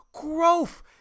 growth